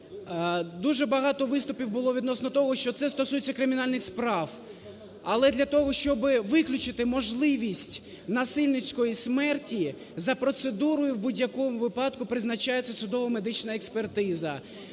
дуже багато виступів було відносно того, що це стосується кримінальних справ. Але для того, щоб виключити можливість насильницької смерті, за процедурою в будь-якому випадку призначається судово-медична експертиза.